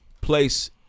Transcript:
place